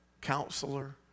counselor